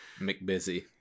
McBusy